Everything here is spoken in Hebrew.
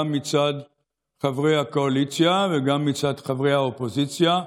גם מצד חברי הקואליציה וגם מצד חברי האופוזיציה.